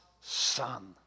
Son